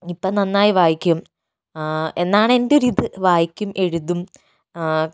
ഇപ്പം നന്നായി വായിക്കും എന്നാണ് എൻ്റെ ഒരു ഇത് വായിക്കും എഴുതും